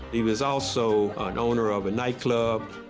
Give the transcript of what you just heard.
he was also an owner of a nightclub.